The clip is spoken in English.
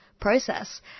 process